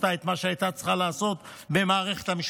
את מה שהיו צריכות לעשות במערכת המשפט.